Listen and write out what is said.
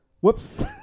Whoops